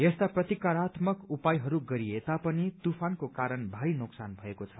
यस्ता प्रतिकारात्मक उपायहरू गरिए तापनि तूफ्रनको कारण भारी नोकसान भएको छ